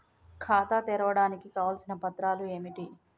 ఖాతా తెరవడానికి కావలసిన పత్రాలు ఏమిటి?